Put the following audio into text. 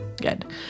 Good